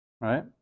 Right